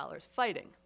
fighting